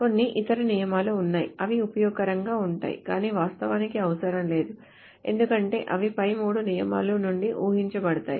కొన్ని ఇతర నియమాలు ఉన్నాయి అవి ఉపయోగకరంగా ఉంటాయి కానీ వాస్తవానికి అవసరం లేదు ఎందుకంటే అవి పై మూడు నియమాల నుండి ఊహించబడతాయి